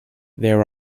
there